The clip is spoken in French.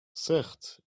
certes